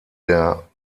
der